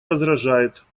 возражает